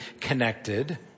connected